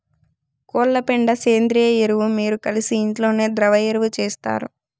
కోళ్ల పెండ సేంద్రియ ఎరువు మీరు కలిసి ఇంట్లోనే ద్రవ ఎరువు చేస్తారు